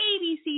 ABC